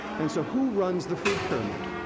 and so, who runs the food pyramid?